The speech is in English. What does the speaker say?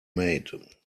made